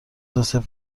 توسعه